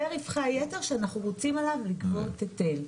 זה רווחי היתר שאנחנו רוצים עליו לגבות היטל.